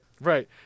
Right